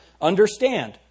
understand